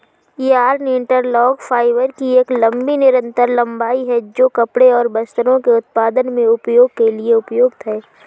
yarn interlock fibre की एक लंबी निरंतर लंबाई है, जो कपड़े और वस्त्रों के उत्पादन में उपयोग के लिए उपयुक्त है